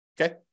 Okay